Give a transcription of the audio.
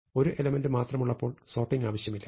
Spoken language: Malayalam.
ഒരു എലമെന്റ് മാത്രമുള്ളപ്പോൾ സോർട്ടിങ് ആവശ്യമില്ല